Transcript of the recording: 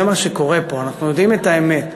זה מה שקורה פה, אנחנו יודעים את האמת.